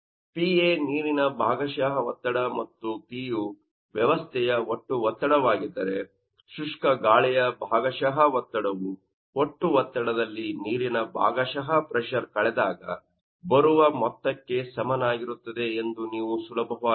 PA ನೀರಿನ ಭಾಗಶಃ ಒತ್ತಡ ಮತ್ತು P ಯು ವ್ಯವಸ್ಥೆಯ ಒಟ್ಟು ಒತ್ತಡವಾಗಿದ್ದರೆ ಶುಷ್ಕ ಗಾಳಿಯ ಭಾಗಷ ಒತ್ತಡವು ಒಟ್ಟು ಒತ್ತಡ ದಲ್ಲಿ ನೀರಿನ ಭಾಗಶಃ ಪ್ರೆಶರ್ ಕಳೆದಾಗ ಬರವು ಮೊತ್ತಕ್ಕೆ ಸಮನಾಗಿರುತ್ತದೆ ಎಂದು ನೀವು ಸುಲಭವಾಗಿ ಹೇಳಬಹುದು